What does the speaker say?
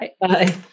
Bye